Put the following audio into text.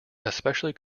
especially